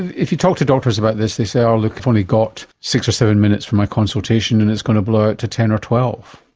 if you talk to doctors about this they say, look, i've only got six or seven minutes for my consultation and it's going to blow out to ten or twelve.